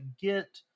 get